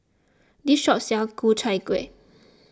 this shop sells Ku Chai Kuih